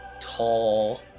tall